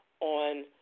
on